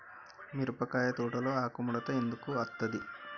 మిరపకాయ తోటలో ఆకు ముడత ఎందుకు అత్తది?